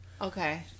Okay